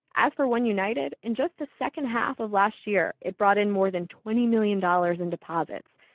as for oneunited, in just the second half of last year, it brought in more than twenty million dollars in deposits.